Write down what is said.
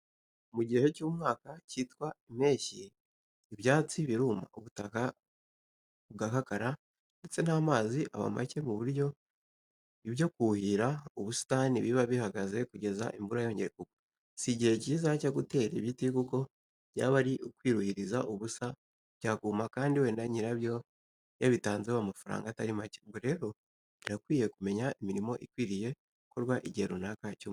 Mu gihe cy'umwaka cyitwa impeshyi, ibyatsi biruma, ubutaka bugakakara, ndetse n'amazi aba make ku buryo ibyo kuhira ubusitani biba bihagaze kugeza imvura yongeye kugwa. Si igihe cyiza cyo gutera ibiti kuko byaba ari ukwiruhiriza ubusa byakuma kandi wenda nyirabyo yabitanzeho n'amafaranga atari make. Ubwo rero birakwiye kumenya imirimo ikwiriye gukorwa mu gihe runaka cy'umwaka.